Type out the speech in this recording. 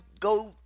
go